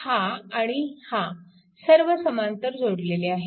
हा आणि हा सर्व समांतर जोडलेले आहेत